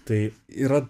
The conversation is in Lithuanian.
tai yra